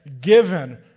given